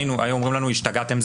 היו אומרים לנו: השתגעתם,